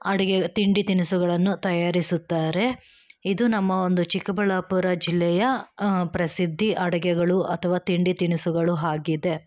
ಅಡುಗೆ ತಿಂಡಿ ತಿನಿಸುಗಳನ್ನು ತಯಾರಿಸುತ್ತಾರೆ ಇದು ನಮ್ಮ ಒಂದು ಚಿಕ್ಕಬಳ್ಳಾಪುರ ಜಿಲ್ಲೆಯ ಪ್ರಸಿದ್ಧ ಅಡುಗೆಗಳು ಅಥವಾ ತಿಂಡಿ ತಿನಿಸುಗಳು ಆಗಿದೆ